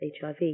HIV